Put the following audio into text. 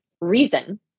reason